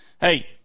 Hey